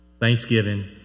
Thanksgiving